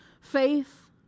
faith